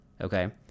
okay